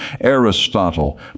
Aristotle